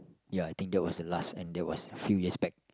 ya I think that was the last and that was a few years back